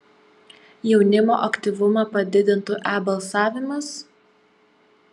jaunimo aktyvumą padidintų e balsavimas